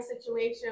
situation